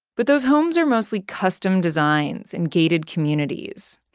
but those homes are mostly custom designs in gated communities.